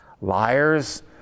Liars